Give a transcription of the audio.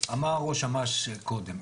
אמר ראש אמ"ש קודם,